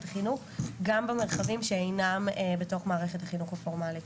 החינוך גם במרחבים שאינם בתוך מערכת החינוך הפורמלית.